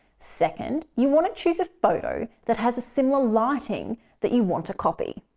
second, you want to choose a photo that has a similar lighting that you want to copy.